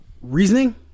reasoning